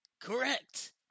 Correct